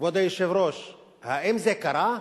כבוד היושב-ראש, האם זה קרה?